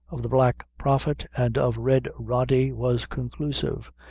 of the black prophet and of red rody was conclusive.